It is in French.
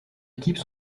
équipes